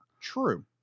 true